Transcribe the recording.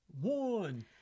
one